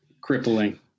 crippling